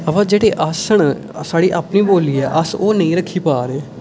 अवा जेह्ड़े अस न साढ़ी अपनी बोल्ली ऐ अस ओह् नेईं रक्खी पा दे